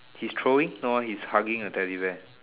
he's throwing no eh he's hugging a teddy bear